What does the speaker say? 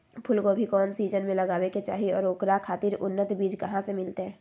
फूलगोभी कौन सीजन में लगावे के चाही और ओकरा खातिर उन्नत बिज कहा से मिलते?